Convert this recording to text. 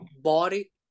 Body